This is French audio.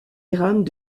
grammes